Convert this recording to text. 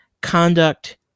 conduct